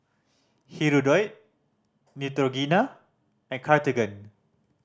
Hirudoid Neutrogena and Cartigain